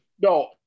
No